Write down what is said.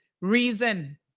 reason